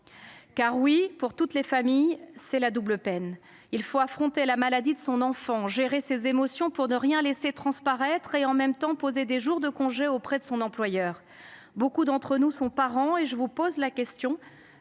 être compris. Toutes ces familles subissent une double peine : il faut affronter la maladie de l’enfant, gérer ses émotions pour ne rien laisser transparaître et, en même temps, poser des jours de congé auprès de son employeur. Beaucoup d’entre nous étant parents, je vous pose la question